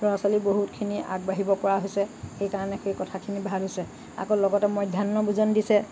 ল'ৰা ছোৱালী বহুতখিনি আগবাঢ়িব পৰা হৈছে সেইকাৰণে সেই কথাখিনি ভাল হৈছে আকৌ লগতে মধ্যাহ্নভোজন দিছে